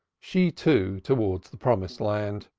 she, too, towards the promised land!